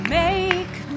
make